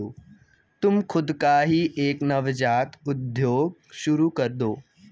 तुम खुद का ही एक नवजात उद्योग शुरू करदो